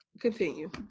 continue